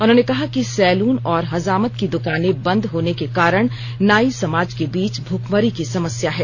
उन्होंने कहा कि सैलून और हजामत की दुकानें बंद होने के कारण नाई समाज के बीच भुखमरी की समस्या है